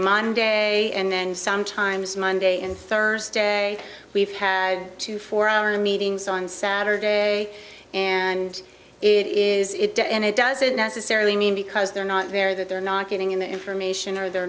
monday and then sometimes monday and thursday we've had to for our meetings on saturday and is it to end it doesn't necessarily mean because they're not very that they're not getting in the information or they're